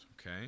okay